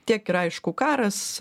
tiek ir aišku karas